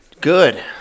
Good